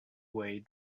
way